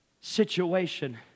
situation